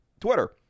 Twitter